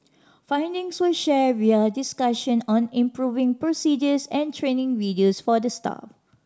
findings were shared via discussion on improving procedures and training videos for the staff